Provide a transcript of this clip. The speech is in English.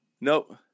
Nope